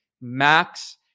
max